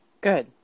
good